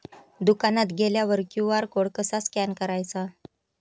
दुकानात गेल्यावर QR code कसा स्कॅन करायचा?